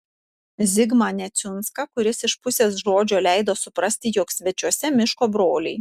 zigmą neciunską kuris iš pusės žodžio leido suprasti jog svečiuose miško broliai